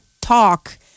talk